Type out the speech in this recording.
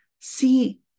see